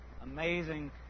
amazing